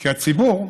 כי הציבור,